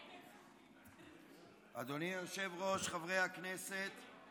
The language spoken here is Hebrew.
אדוני היושב-ראש, חברי כנסת.